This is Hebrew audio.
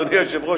אדוני היושב-ראש,